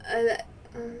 I like